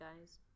guys